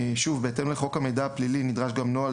בהתאם לחוק המידע הפלילי נדרש גם נוהל